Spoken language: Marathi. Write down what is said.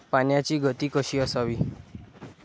पाण्याची गती कशी असावी?